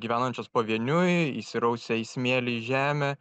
gyvenančios pavieniui įsirausę į smėlį į žemę